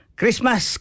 Christmas